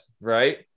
right